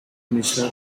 mishra